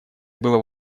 было